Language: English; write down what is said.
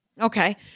Okay